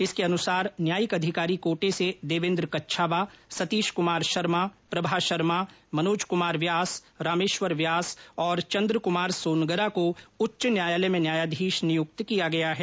इसके अनुसार न्यायिक अधिकारी कोटे से देवेन्द्र कच्छावा सतीश कुमार शर्मा प्रभा शर्मो मनोज कुमार व्यास रामेश्वर व्यास और चन्द्र कुमार सोनगरा को उच्च न्यायालय में न्यायाधीश नियुक्त किया गया है